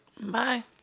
Bye